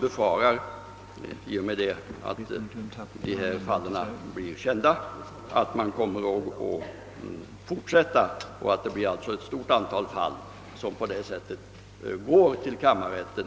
I och med att dessa fall blir kända kan det befaras att kommunerna i större utsträckning kommer att föra dylika ärenden till prövning i kammarrätten.